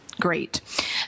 great